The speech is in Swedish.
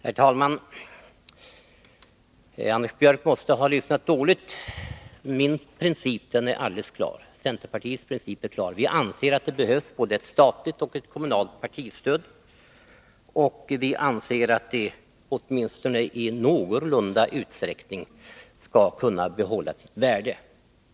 Herr talman! Anders Björck måste ha lyssnat dåligt. Min och centerpartiets princip är alldeles klar. Vi anser att det behövs både ett statligt och ett kommunalt partistöd och att det åtminstone i någon mån skall kunna behålla sitt värde.